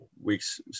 weeks